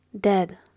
Dead